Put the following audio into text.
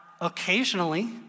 occasionally